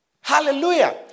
Hallelujah